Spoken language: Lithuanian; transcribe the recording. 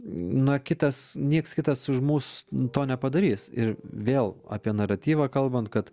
na kitas nieks kitas už mus to nepadarys ir vėl apie naratyvą kalbant kad